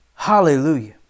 Hallelujah